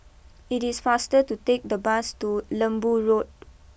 it is faster to take the bus to Lembu Road